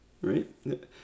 right